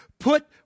Put